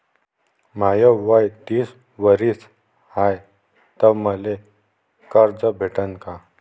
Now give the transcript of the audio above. माय वय तीस वरीस हाय तर मले कर्ज भेटन का?